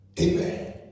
Amen